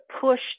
push